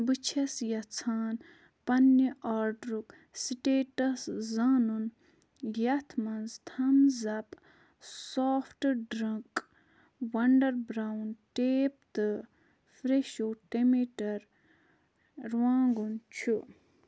بہٕ چھَس یَژھان پنٕنہِ آرڈرُک سِٹیٚٹس زانُن یتھ مَنٛز Thums Up soft drink wonder brown tape تہٕ فرٛٮ۪شو ٹمیاٹَر رُوانٛگن چھُ